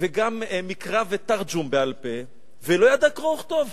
וגם מקרא ותרגום בעל-פה, ולא ידעה קרוא וכתוב.